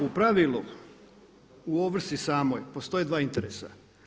U pravilu, u ovrsi samoj postoje dva interesa.